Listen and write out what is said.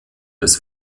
des